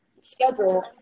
schedule